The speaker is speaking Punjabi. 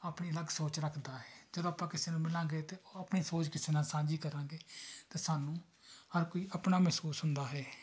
ਆਪਣੀ ਅਲੱਗ ਸੋਚ ਰੱਖਦਾ ਹੈ ਜਦੋਂ ਆਪਾਂ ਕਿਸੇ ਨੂੰ ਮਿਲਾਂਗੇ ਅਤੇ ਉਹ ਆਪਣੀ ਸੋਚ ਕਿਸੇ ਨਾਲ ਸਾਂਝੀ ਕਰਾਂਗੇ ਤਾਂ ਸਾਨੂੰ ਹਰ ਕੋਈ ਆਪਣਾ ਮਹਿਸੂਸ ਹੁੰਦਾ ਹੈ